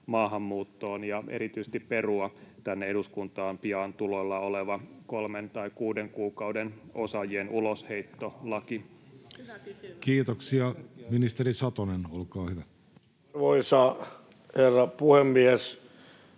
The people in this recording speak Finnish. maahanmuuttoon ja erityisesti perua tänne eduskuntaan pian tuloillaan oleva osaajien kolmen tai kuuden kuukauden ulosheittolaki? Kiitoksia. — Ministeri Satonen, olkaa hyvä. Arvoisa herra puhemies!